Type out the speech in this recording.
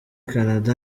canada